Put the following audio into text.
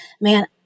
man